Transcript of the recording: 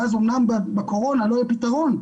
אומנם בקורונה לא יהיה פתרון,